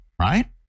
right